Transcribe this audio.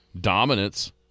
dominance –